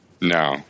No